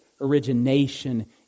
origination